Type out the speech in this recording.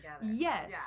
Yes